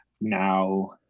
now